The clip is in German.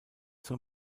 zur